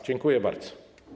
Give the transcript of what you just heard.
Dziękuję bardzo.